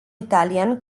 italian